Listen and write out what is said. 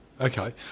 Okay